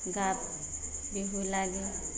গাত বিহু লাগে